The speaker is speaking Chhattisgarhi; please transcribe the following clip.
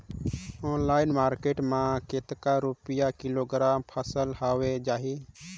ऑनलाइन मार्केट मां कतेक रुपिया किलोग्राम फसल हवे जाही?